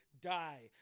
die